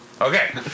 Okay